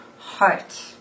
Heart